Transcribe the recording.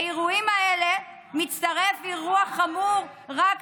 לאירועים האלה מצטרף אירוע חמור, רע"מ מודעים לזה?